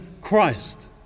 Christ